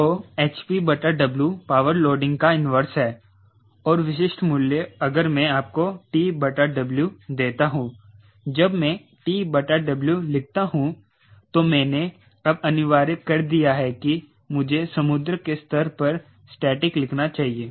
तो hp बटा W power loading का इन्वर्स है और विशिष्ट मूल्य अगर मैं आपको TW देता हूं जब मैं TW लिखता हूं तो मैंने अब अनिवार्य कर दिया है कि मुझे समुद्र के स्तर पर स्टेटिक लिखना चाहिए